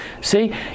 see